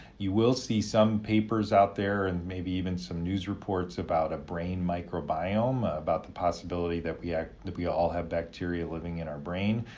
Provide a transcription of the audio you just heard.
you will see some papers out there and maybe even some news reports about a brain microbiome, about the possibility that we that we all have bacteria living in our brain.